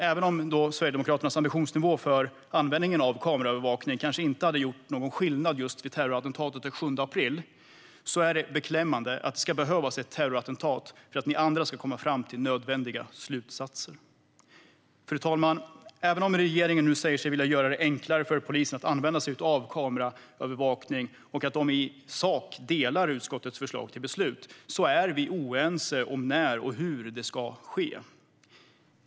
Även om Sverigedemokraternas ambitionsnivå för användning av kameraövervakning kanske inte hade gjort någon skillnad vid just terrorattentatet den 7 april är det beklämmande att det ska behövas ett terrorattentat för att ni andra ska komma fram till nödvändiga slutsatser. Fru talman! Även om regeringen nu säger sig vilja göra det enklare för polisen att använda sig av kameraövervakning och i sak delar utskottets förslag till beslut är vi oense om när och hur det ska ske.